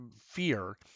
fear